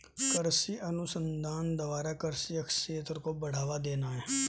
कृषि अनुसंधान द्वारा कृषि क्षेत्र को बढ़ावा देना है